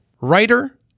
writer